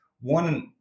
One